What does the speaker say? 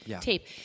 tape